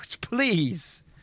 please